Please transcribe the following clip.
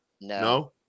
No